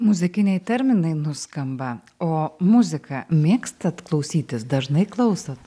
muzikiniai terminai nuskamba o muziką mėgstat klausytis dažnai klausot